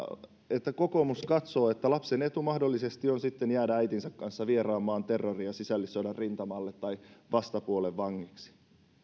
että kokoomus katsoo että lapsen etu mahdollisesti on sitten jäädä äitinsä kanssa vieraan maan terrori ja sisällissodan rintamalle tai vastapuolen vangiksi